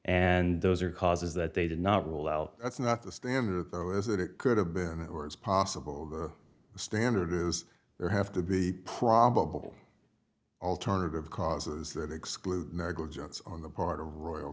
and those are causes that they did not rule out that's not the standard that it could have been or is possible the standard is there have to be probable alternative causes that exclude negligence on the part of royal